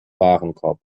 warenkorb